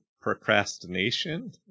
procrastination